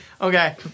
Okay